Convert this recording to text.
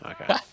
okay